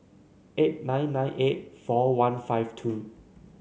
eight nine nine eight four one five two